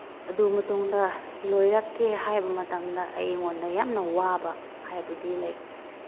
ꯑꯗꯨ ꯃꯇꯨꯡꯗ ꯂꯣꯏꯔꯛꯀꯦ ꯍꯥꯏꯕ ꯃꯇꯝꯗ ꯑꯩꯉꯣꯟꯗ ꯌꯥꯝꯅ ꯋꯥꯕ ꯍꯥꯏꯕꯗꯤ ꯂꯥꯏꯛ